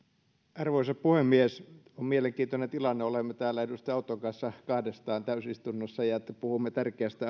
arvoisa puhemies on mielenkiintoinen tilanne olemme täällä edustaja autton kanssa kahdestaan täysistunnossa ja puhumme tärkeästä